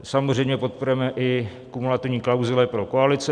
Samozřejmě podporujeme i kumulativní klauzule pro koalice.